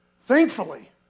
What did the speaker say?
thankfully